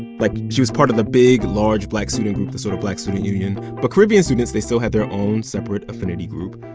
like, she was part of the big large black student, the sort of black student union. but caribbean students, they still had their own separate affinity group.